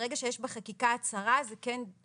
ברגע שיש בחקיקה "הצהרה" זה כן מאפשר